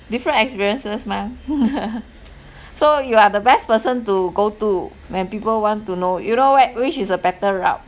different experiences mah so you are the best person to go to when people want to know you know where which is a better route